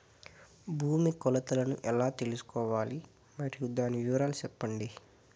భూమి కొలతలను ఎలా తెల్సుకోవాలి? మరియు దాని వివరాలు సెప్పండి?